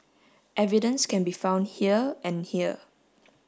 evidence can be found here and here